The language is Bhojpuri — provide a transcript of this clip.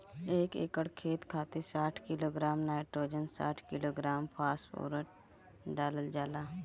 एक एकड़ खेत खातिर साठ किलोग्राम नाइट्रोजन साठ किलोग्राम फास्फोरस डालल जाला?